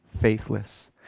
faithless